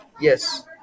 Yes